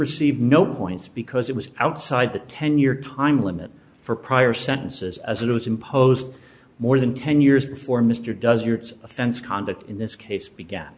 received no points because it was outside the ten year time limit for prior sentences as it was imposed more than ten years before mr does your offense conduct in this case began